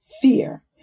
fear